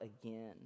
again